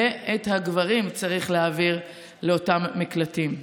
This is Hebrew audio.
ואת הגברים צריך להעביר לאותם מקלטים.